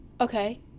okay